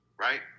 right